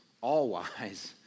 all-wise